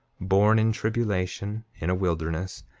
born in tribulation, in a wilderness,